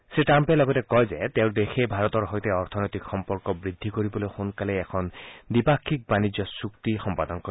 শ্ৰীট্টাম্পে লগতে কয় যে তেওঁৰ দেশে ভাৰতৰ সৈতে অৰ্থনৈতিক সম্পৰ্ক বৃদ্ধি কৰিবলৈ সোনকালেই এখন দ্বিপাক্ষিক বাণিজ্য চুক্তি সম্পাদন কৰিব